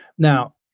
now